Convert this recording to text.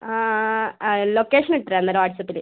ആ ആ ലൊക്കേഷൻ ഇട്ടുതരാം അന്നേരം വാട്സ്പ്പിൽ